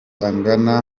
agana